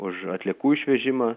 už atliekų išvežimą